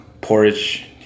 Porridge